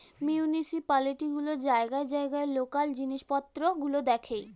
municipality গুলো জায়গায় জায়গায় লোকাল জিনিস পত্র গুলো দেখে